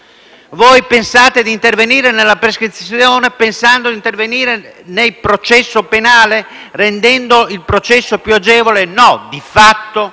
Pensate di intervenire sulla prescrizione pensando di intervenire nel processo penale rendendo il processo più agevole? No, di fatto -